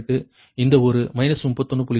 98 இந்த ஒரு 31